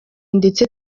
ndetse